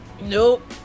nope